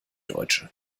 deutsche